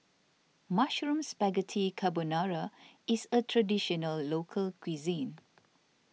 Mushroom Spaghetti Carbonara is a Traditional Local Cuisine